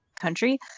country